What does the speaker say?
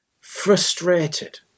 frustrated